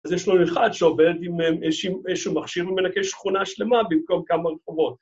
‫אז יש לו אחד שעובד עם איזשהו מכשיר ‫ומנקה שכונה שלמה במקום כמה רחובות.